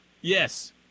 Yes